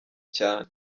cyane